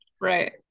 Right